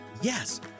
Yes